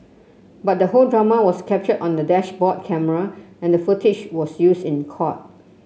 but the whole drama was captured on a dashboard camera and the footage was used in court